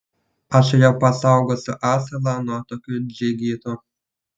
aš jau pasaugosiu asilą nuo tokių džigitų